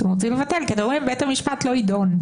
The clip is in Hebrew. אתם רוצים לבטל כי אתה אומר שבית המשפט לא יידון.